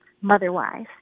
mother-wise